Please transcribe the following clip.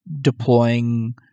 deploying